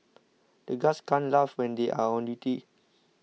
the guards can't laugh when they are on duty